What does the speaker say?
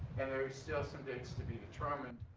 and there's still some dates to be determined.